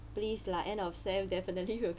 please lah end of sem definitely will